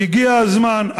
והגיע הזמן,